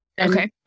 okay